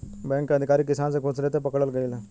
bank के अधिकारी किसान से घूस लेते पकड़ल गइल ह